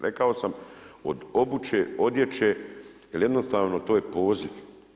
Rekao sam od obuće, odjeće, jer jednostavno to je poziv.